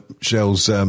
Shell's